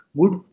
Good